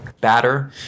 batter